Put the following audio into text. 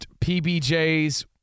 PBJs